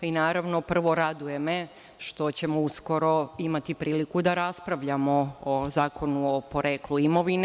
Naravno, prvo, raduje me što ćemo uskoro imati priliku da raspravljamo o zakonu o poreklu imovine.